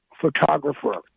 photographer